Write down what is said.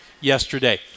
yesterday